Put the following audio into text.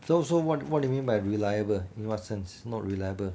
so so what what do you mean by reliable in what sense not reliable